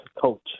coach